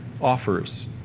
offers